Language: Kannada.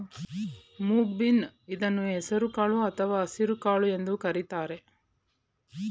ಮೂಂಗ್ ಬೀನ್ ಇದನ್ನು ಹೆಸರು ಕಾಳು ಅಥವಾ ಹಸಿರುಕಾಳು ಎಂದು ಕರಿತಾರೆ